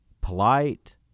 polite